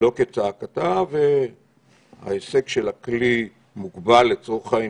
שלא כצעקתה וההישג של הכלי מוגבל, לצורך העניין,